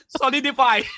solidify